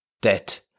debt